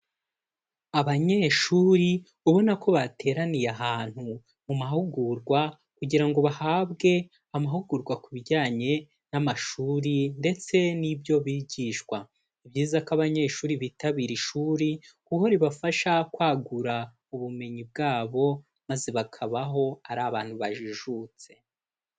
Abanyeshuri ubona ko bateraniye ahantu mu mahugurwa kugira ngo bahabwe amahugurwa ku bijyanye n'amashuri ndetse n'ibyo bigishwa, ni byiza ko abanyeshuri bitabira ishuri kuko ribafasha kwagura ubumenyi bwabo maze bakabaho ari abantu bajijutse.